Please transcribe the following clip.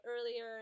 earlier